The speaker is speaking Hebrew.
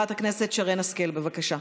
חברת הכנסת שרן השכל, בבקשה.